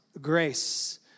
grace